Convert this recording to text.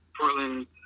Portland